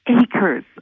acres